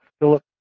Philip